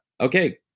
Okay